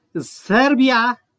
Serbia